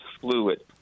fluid